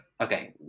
Okay